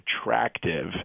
attractive